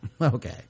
okay